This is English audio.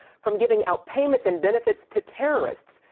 from giving out payments and benefits to terrorists.